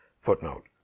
Footnote